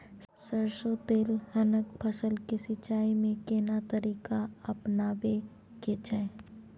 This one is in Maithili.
सरसो तेलहनक फसल के सिंचाई में केना तरीका अपनाबे के छै?